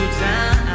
down